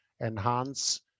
enhance